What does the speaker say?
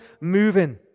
moving